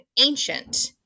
ancient